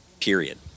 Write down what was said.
Period